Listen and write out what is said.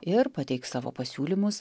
ir pateiks savo pasiūlymus